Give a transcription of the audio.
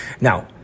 Now